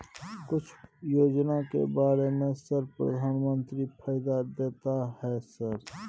कुछ योजना के बारे में सर प्रधानमंत्री फायदा देता है सर?